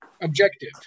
objective